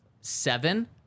seven